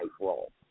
role